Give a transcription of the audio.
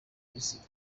misiri